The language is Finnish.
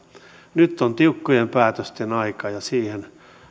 nyt on tiukkojen päätösten aika ja siihen